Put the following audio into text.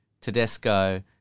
Tedesco